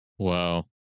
Wow